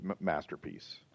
masterpiece